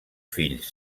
fills